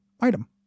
item